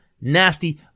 nasty